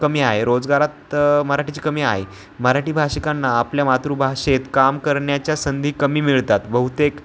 कमी आहे रोजगारात मराठीची कमी आहे मराठी भाषिकांना आपल्या मातृभाषेत काम करण्याच्या संधी कमी मिळतात बहुतेक